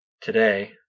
today